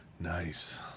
nice